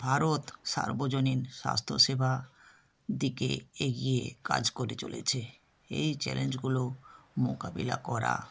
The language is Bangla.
ভারত সার্বজনীন স্বাস্থ্যসেবা দিকে এগিয়ে কাজ করে চলেছে এই চ্যালেঞ্জগুলো মোকাবিলা করা